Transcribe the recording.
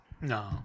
No